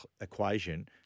equation